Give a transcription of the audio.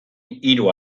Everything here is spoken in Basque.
hiru